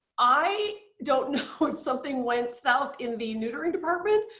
i don't know if something went south in the neutering department,